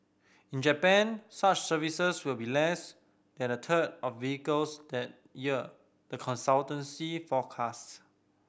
in Japan such services will be less than a third of vehicles that year the consultancy forecast